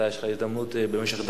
ויש לך הזדמנות, במשך דקה,